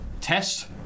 test